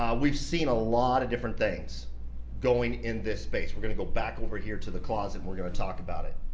um we've seen a lot of different things going in this space. we're gonna go back over here to the closet and we're gonna talk about it.